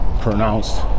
pronounced